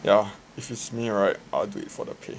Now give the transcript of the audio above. ya if it's me right I will do it for the pay